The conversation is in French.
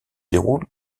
déroule